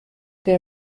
der